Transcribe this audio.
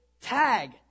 tag